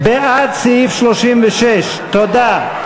תודה.